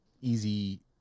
easy